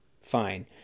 fine